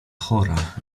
chora